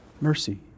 Mercy